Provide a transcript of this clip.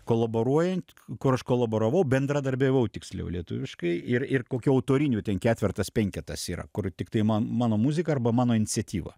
kolaboruojant kur aš kolaboravau bendradarbiavau tiksliau lietuviškai ir ir kokių autorinių ten ketvertas penketas yra kur tiktai man mano muzika arba mano iniciatyva